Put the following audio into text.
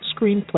Screenplay